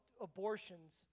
abortions